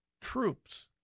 troops